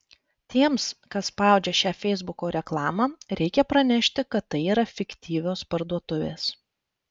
tiems kas spaudžia šią feisbuko reklamą reikia pranešti kad tai yra fiktyvios parduotuvės